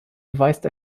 weist